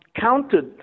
counted